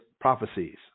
prophecies